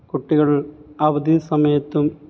കുട്ടികൾ അവധി സമയത്തും